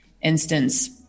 instance